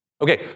Okay